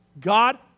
God